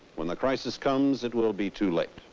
when the crisis comes, it will be too late.